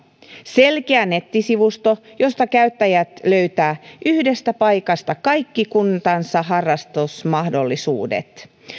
selkeä nettisivusto josta käyttäjät löytävät yhdestä paikasta kaikki kuntansa harrastusmahdollisuudet